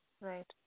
Right